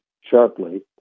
sharply